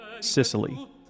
Sicily